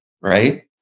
right